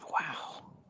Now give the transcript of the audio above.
Wow